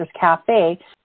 Cafe